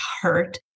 hurt